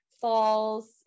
falls